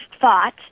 thought